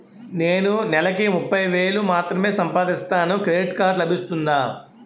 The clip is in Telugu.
నేను నెల కి ముప్పై వేలు మాత్రమే సంపాదిస్తాను క్రెడిట్ కార్డ్ లభిస్తుందా?